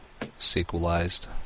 sequelized